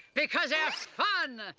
because they're fun.